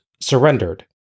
surrendered